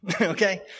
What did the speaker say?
okay